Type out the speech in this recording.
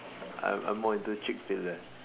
I'm I'm more into cheek filler